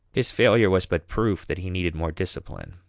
his failure was but proof that he needed more discipline,